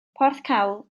porthcawl